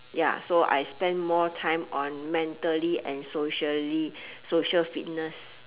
ya so I spend more time on mentally and socially social fitness